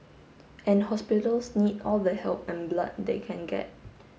and hospitals need all the help and blood they can get